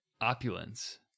opulence